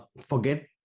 forget